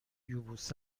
یبوست